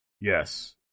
Yes